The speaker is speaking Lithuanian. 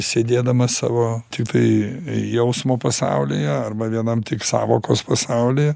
sėdėdamas savo tiktai jausmo pasaulyje arba vienam tik sąvokos pasaulyje